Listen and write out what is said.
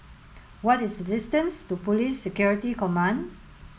what is the distance to Police Security Command